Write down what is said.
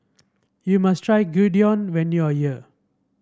you must try Gyudon when you are here